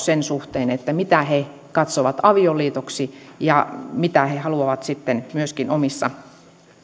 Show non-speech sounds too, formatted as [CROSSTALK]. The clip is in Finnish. [UNINTELLIGIBLE] sen suhteen mitä he katsovat avioliitoksi ja mitä he haluavat myöskin omissa